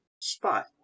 spot